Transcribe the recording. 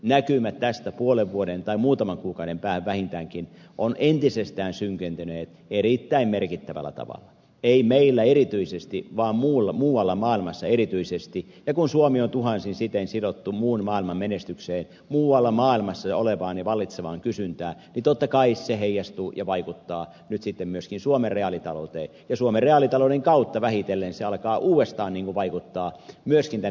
näkymät tästä puolen vuoden tai muutaman kuukauden päähän vähintäänkin ovat entisestään synkentyneet erittäin merkittävällä tavalla ei meillä erityisesti vaan muualla maailmassa erityisesti ja kun suomi on tuhansin sitein sidottu muun maailman menestykseen muualla maailmassa olevaan ja vallitsevaan kysyntään niin totta kai se heijastuu ja vaikuttaa nyt sitten myöskin suomen reaalitalouteen ja suomen reaalitalouden kautta vähitellen se alkaa uudestaan vaikuttaa myöskin tänne finanssitalouteen